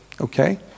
okay